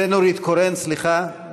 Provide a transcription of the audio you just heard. ונורית קורן, סליחה.